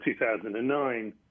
2009